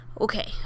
Okay